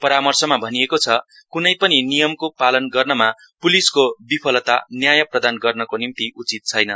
परामशमा भनिएको छ कुनै पनि नियमको पालन गर्नमा पुलिसको विफलता न्याय प्रदान गर्नको निम्ति उचित छैन